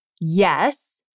Yes